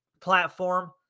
platform